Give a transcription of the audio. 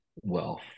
wealth